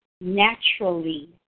naturally